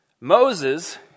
Moses